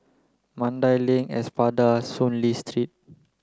Mandai Link Espada Soon Lee Street